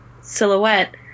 silhouette